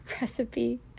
recipe